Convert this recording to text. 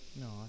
No